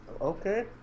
Okay